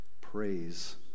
Praise